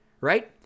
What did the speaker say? right